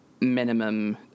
minimum